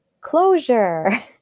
closure